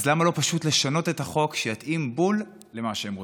אז למה לא פשוט לשנות את החוק שיתאים בול למה שהם רוצים?